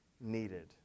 needed